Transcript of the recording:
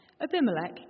Abimelech